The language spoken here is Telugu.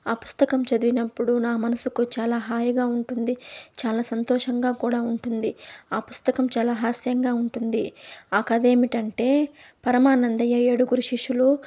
ఆ పుస్తకం చదివినప్పుడు నా మనసుకు చాలా హాయిగా ఉంటుంది చాలా సంతోషంగా కూడా ఉంటుంది ఆ పుస్తకం చాలా హాస్యంగా ఉంటుంది ఆ కదేమిటంటే పరమానందయ్య ఏడుగురు శిష్యులు